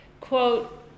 quote